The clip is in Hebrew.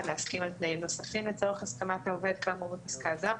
להסכים על תנאים נוספים לצורך הסכמת עובד כאמור בפסקה זאת,